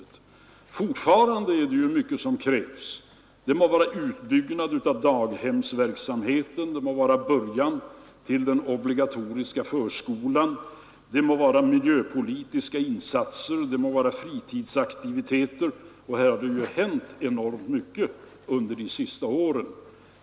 Det är ju fortfarande mycket som krävs — t.ex. utbyggnad av daghemsverksamheten, början till den obligatoriska förskolan, miljöpolitiska insatser eller fritidsaktiviteter — och i dessa avseenden har det ju hänt enormt mycket under de senaste åren.